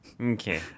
Okay